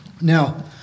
Now